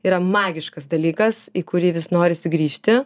yra magiškas dalykas į kurį vis norisi grįžti